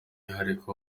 umwihariko